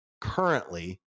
Currently